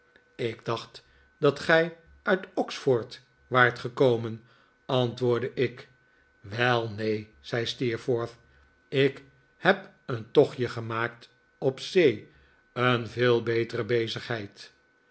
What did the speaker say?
ik dacht dat gij uit oxford waart gekomen antwoordde ik wel neen zei steerforth ik heb een tochtje gemaakt op zee een veel betere bezigheid